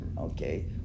Okay